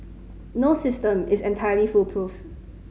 no system is entirely foolproof